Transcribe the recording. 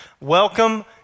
Welcome